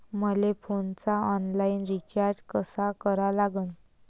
मले फोनचा online recharge कसा करा लागन?